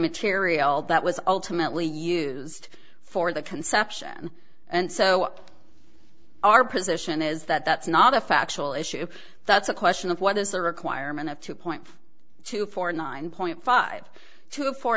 material that was ultimately used for the conception and so our position is that that's not a factual issue that's a question of what is the requirement of two point two four nine point five two